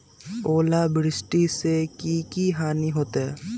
ओलावृष्टि से की की हानि होतै?